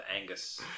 Angus